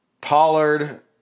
Pollard